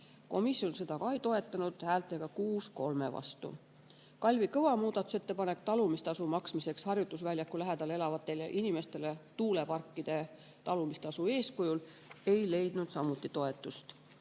Komisjon seda ka ei toetanud, häältega 6 : 3. Kalvi Kõva muudatusettepanek talumistasu maksmiseks harjutusvälja lähedal elavatele inimestele tuuleparkide talumise tasu eeskujul ei leidnud samuti toetust.